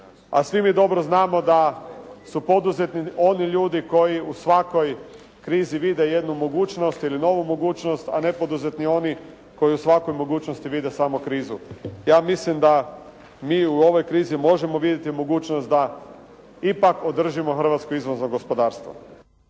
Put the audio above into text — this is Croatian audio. a svi mi dobro znamo da su poduzetni oni ljudi koji u svakoj krizi vide jednu mogućnost ili novu mogućnost a nepoduzetni oni koji u svakoj mogućnosti vide samo krizu. Ja mislim da mi u ovoj krizi možemo vidjeti mogućnost da ipak održimo hrvatsko izvozno gospodarstvo.